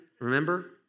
remember